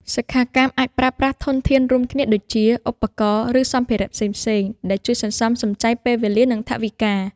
សិក្ខាកាមអាចប្រើប្រាស់ធនធានរួមគ្នាដូចជា ឧបករណ៍ ឬសម្ភារៈផ្សេងៗ ដែលជួយសន្សំសំចៃពេលវេលា និងថវិកា។